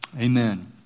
Amen